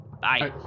Bye